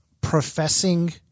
professing